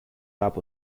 hab